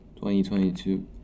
2022